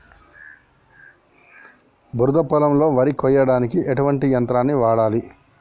బురద పొలంలో వరి కొయ్యడానికి ఎటువంటి యంత్రాన్ని వాడాలి?